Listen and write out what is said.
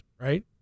right